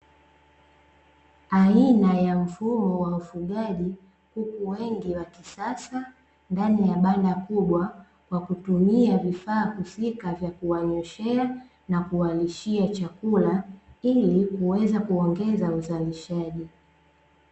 Aina ya mfumo wa ufugaji; kuku wengi wa kisasa ndani ya banda kubwa, kwa kutumia vifaa husika vya kuwanyweshea na kuwalishia chakula, ili kuweza kuongeza uzalishaji.